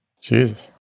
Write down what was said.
Jesus